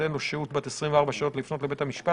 תינתן לו שהות בת 24 שעות לפנות לבית המשפט